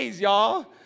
y'all